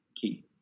key